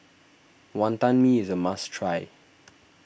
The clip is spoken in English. Wantan Mee is a must try